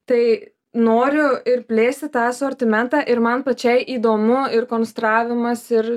tai noriu ir plėsti tą asortimentą ir man pačiai įdomu ir konstravimas ir